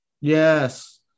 Yes